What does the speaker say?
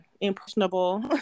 impressionable